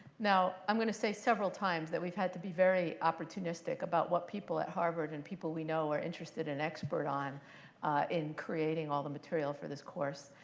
now i'm going to say several times that we've had to be very opportunistic about what people at harvard and people we know are interested and expert on in creating all the material for this course.